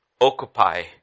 Occupy